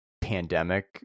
pandemic